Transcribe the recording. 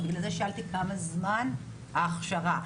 זו הסיבה ששאלתי כמה זמן נמשכת ההכשרה.